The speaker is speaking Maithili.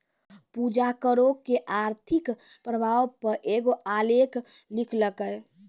पूजा करो के आर्थिक प्रभाव पे एगो आलेख लिखलकै